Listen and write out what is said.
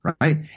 right